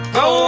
go